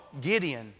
Gideon